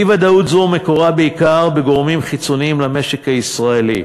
אי-ודאות זו מקורה בעיקר בגורמים חיצוניים למשק הישראלי,